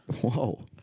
Whoa